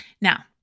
Now